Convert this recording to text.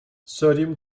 sodium